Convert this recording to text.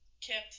kept